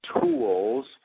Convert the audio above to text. tools